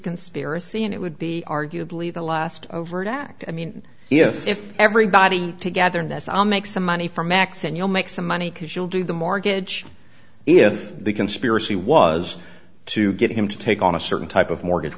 conspiracy and it would be arguably the last overt act i mean if everybody together that's all make some money for max and you'll make some money because you'll do the mortgage if the conspiracy was to get him to take on a certain type of mortgage